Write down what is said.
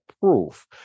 proof